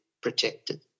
protected